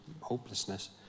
hopelessness